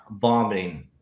vomiting